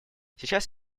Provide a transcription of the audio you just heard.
сейчас